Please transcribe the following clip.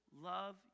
love